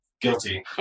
Guilty